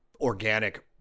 organic